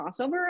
crossover